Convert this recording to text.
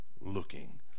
looking